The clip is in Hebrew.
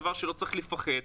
דבר שלא צריך לפחד,